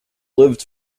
lived